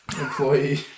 employee